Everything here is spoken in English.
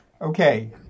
Okay